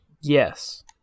Yes